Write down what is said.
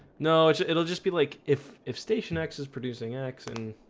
no, it'll just be like if if station x is producing x and